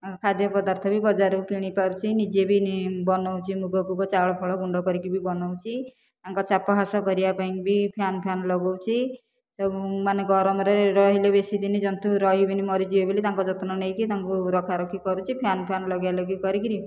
ଆଉ ଖାଦ୍ୟପ୍ରଦାର୍ଥ ବି ବଜାରରୁ କିଣି ପାରୁଛି ନିଜେ ବି ବନଉଛି ମୁଗଫୁଗ ଚାଉଳ ଫାଉଳ ଗୁଣ୍ଡ କରିକି ବି ବନଉଛି ତାଙ୍କ ଚାପ ହ୍ରାସ କରିବା ପାଇଁ ବି ଫ୍ୟାନ ଫ୍ୟାନ ଲଗଉଛି ତ ମୁଁ ମାନେ ଗରମରେ ରହିଲେ ବେଶିଦିନ ଜନ୍ତୁ ରହିବେନି ମରିଯିବେ ବୋଲି ତାଙ୍କୁ ଯତ୍ନ ନେଇକି ତାକୁ ରଖାରଖି କରୁଛି ଫ୍ୟାନ ଫ୍ୟାନ ଲଗିଆ ଲଗି କରିକରି